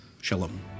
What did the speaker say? Shalom